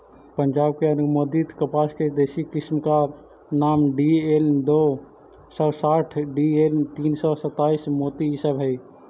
पंजाब में अनुमोदित कपास के देशी किस्म का नाम डी.एल दो सौ साठ डी.एल तीन सौ सत्ताईस, मोती इ सब हई